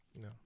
No